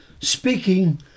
speaking